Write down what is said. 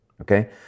okay